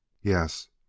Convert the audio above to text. yes,